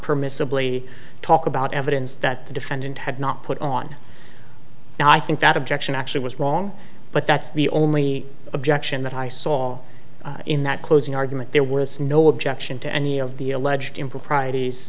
permissibly talk about evidence that the defendant had not put on now i think that objection actually was wrong but that's the only objection that i saw in that closing argument there was no objection to any of the alleged improprieties